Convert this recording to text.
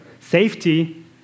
safety